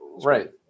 right